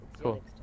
Cool